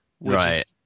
Right